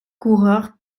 coureurs